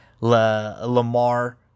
Lamar